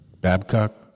Babcock